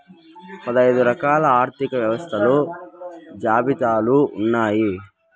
పదైదు రకాల ఆర్థిక వ్యవస్థలు జాబితాలు ఉన్నాయి